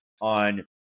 on